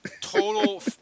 total